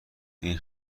این